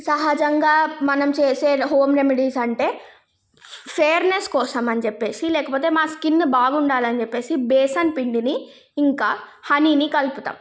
సహజంగా మనం చేసే హోమ్ రెమిడీస్ అంటే ఫేర్నెస్ కోసం అని చెప్పి లేకపోతే మా స్కిన్ బాగుండాలి అని చెెప్పి బేసన్ పిండిని ఇంకా హనీని కలుపుతాం